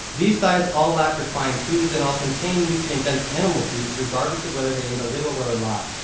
these diets all lacked refined foods and all contain nutrient-dense animal foods regardless of whether they ate a little or a lot.